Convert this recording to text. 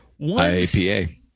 IAPA